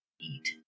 eat